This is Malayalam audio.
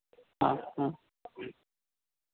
ആ ആ